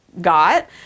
got